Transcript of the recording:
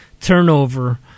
turnover